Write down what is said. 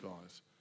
guys